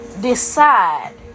decide